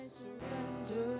surrender